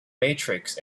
matrix